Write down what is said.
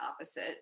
opposite